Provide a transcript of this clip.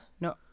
No